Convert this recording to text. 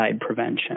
prevention